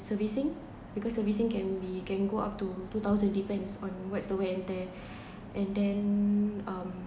servicing because servicing can be can go up to two thousand depends on what the wear and tear and then um